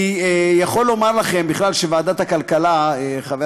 אני יכול לומר לכם שוועדת הכלכלה, חבר